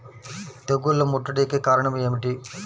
తెగుళ్ల ముట్టడికి కారణం ఏమిటి?